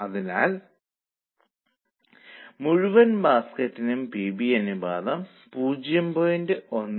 അതിനാൽ 280000 യൂണിറ്റുകളിൽ break even point 9333